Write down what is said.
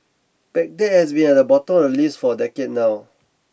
Baghdad has been at the bottom of list for a decade now